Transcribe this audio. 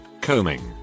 Combing